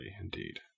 indeed